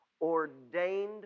ordained